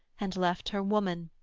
and left her woman,